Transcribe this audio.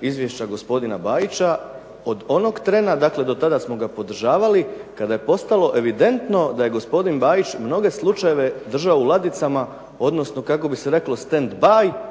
izvješća gospodina Bajića od onog trena, dakle do tada smo ga podržavali, kada je postalo evidentno da je gospodin Bajić mnoge slučajeve držao u ladicama odnosno kako bi se reklo stand by,